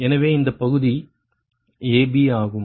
எனவே இந்த பகுதி AB ஆகும்